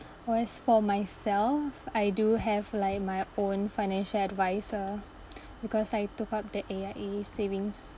oh as for myself I do have like my own financial adviser because I took out the A_I_A savings